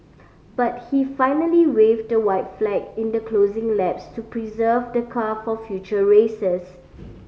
but he finally waved the white flag in the closing laps to preserve the car for future races